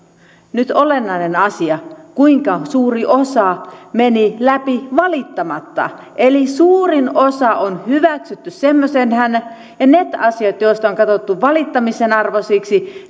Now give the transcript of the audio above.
nyt olennainen asia kuinka suuri osa meni läpi valittamatta eli suurin osa on hyväksytty semmoisenaan ja ne asiat jotka on katsottu valittamisen arvoisiksi